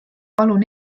palun